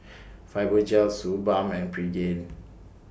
Fibogel Suu Balm and Pregain